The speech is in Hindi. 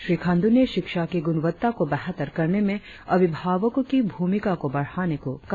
श्री खाण्डू ने शिक्षा की गुणवत्ता को बेहतर करने में अभिभावकों की भूमिका को बढ़ाने को कहा